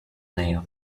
near